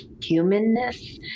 humanness